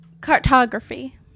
Cartography